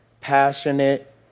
passionate